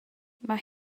mae